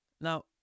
Now